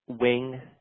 Wing